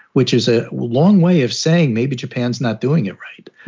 which is a long way of saying maybe japan's not doing it right.